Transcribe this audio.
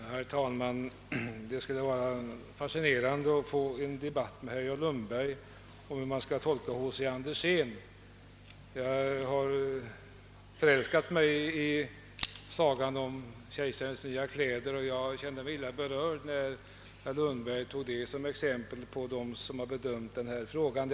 Herr talman! Det skulle vara fascinerande att få föra en debatt med herr Lundberg om hur man skall tolka H. C. Andersen. Jag har förälskat mig i sagan om kejsarens nya kläder och blev något illa berörd när herr Lundberg liknade dem som har bedömt denna fråga i utskottet vid folket i sagan.